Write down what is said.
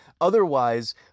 Otherwise